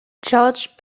george